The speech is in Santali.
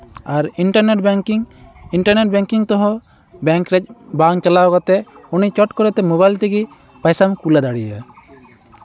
ᱟᱨ ᱤᱱᱴᱟᱨᱱᱮᱴ ᱵᱮᱝᱠᱤᱝ ᱤᱱᱴᱟᱨᱱᱮᱴ ᱵᱮᱝᱠᱤᱝ ᱛᱮᱦᱚᱸ ᱵᱮᱝᱠ ᱨᱮ ᱵᱟᱝ ᱪᱟᱞᱟᱣ ᱠᱟᱛᱮᱫ ᱩᱱᱤ ᱪᱚᱴ ᱠᱚᱨᱮᱛᱮ ᱢᱳᱵᱟᱭᱤᱞ ᱛᱮᱜᱮ ᱯᱚᱭᱥᱟᱢ ᱠᱩᱞ ᱫᱟᱲᱮᱭᱟᱭᱟ